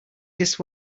just